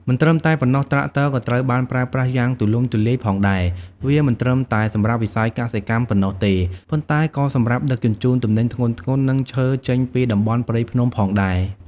មិនត្រឹមតែប៉ុណ្ណោះ ត្រាក់ទ័រ ក៏ត្រូវបានប្រើប្រាស់យ៉ាងទូលំទូលាយផងដែរ វាមិនត្រឹមតែសម្រាប់វិស័យកសិកម្មប៉ុណ្ណោះទេ ប៉ុន្តែក៏សម្រាប់ដឹកជញ្ជូនទំនិញធ្ងន់ៗ និងឈើចេញពីតំបន់ព្រៃភ្នំផងដែរ។